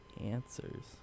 answers